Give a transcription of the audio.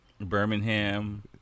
Birmingham